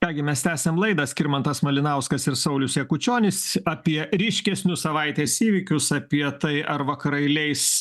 ką gi mes tęsiam laidą skirmantas malinauskas ir saulius jakučionis apie ryškesnius savaitės įvykius apie tai ar vakarai leis